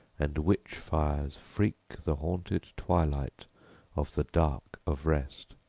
and witch-fires freak the haunted twilight of the dark of rest.